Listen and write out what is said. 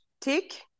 tick